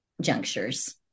junctures